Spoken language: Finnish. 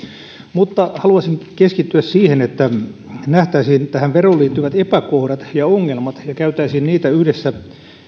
mutta haluaisin keskittyä siihen että nähtäisiin tähän veroon liittyvät epäkohdat ja ongelmat ja käytäisiin niitä yhdessä